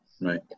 Right